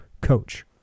coach